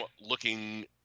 looking